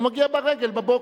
הוא מגיע ברגל, בבוקר.